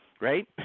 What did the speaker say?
right